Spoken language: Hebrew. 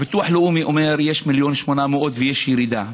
הביטוח הלאומי אומר שיש 1.8 מיליון ויש ירידה,